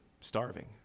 starving